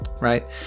right